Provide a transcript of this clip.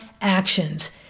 actions